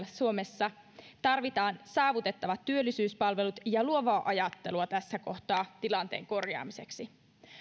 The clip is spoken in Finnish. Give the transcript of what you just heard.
suomessa tarvitaan saavutettavat työllisyyspalvelut ja luovaa ajattelua tässä kohtaa tilanteen korjaamiseksi